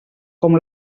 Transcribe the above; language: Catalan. com